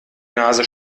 nase